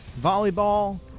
volleyball